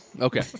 Okay